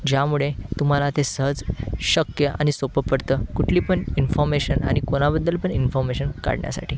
ज्यामुळे तुम्हाला ते सहज शक्य आणि सोपं पडतं कुठली पण इन्फॉमेशन आनि कोणाबद्दल पण इन्फॉमेशन काढण्यासाठी